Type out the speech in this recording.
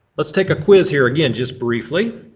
let's take a quiz here again just briefly.